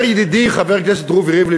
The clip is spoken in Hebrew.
אומר ידידי חבר הכנסת רובי ריבלין,